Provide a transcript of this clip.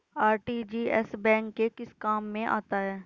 RTGS bank के किस काम में आता है?